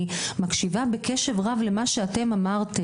הקשבתי בקשב רב למה שאמרתם,